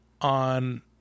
on